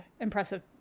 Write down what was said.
impressive